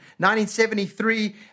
1973